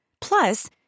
Plus